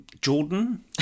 jordan